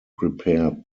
prepare